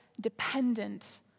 dependent